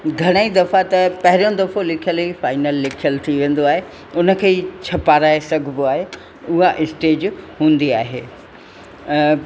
घणेई दफ़ा त पहिरियों दफ़ो लिखियलु ई फाईनल लिखियलु थी वेंदो आहे उन खे ई छपाराए सघिबो आहे उहा स्टेज हूंदी आहे